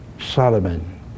Solomon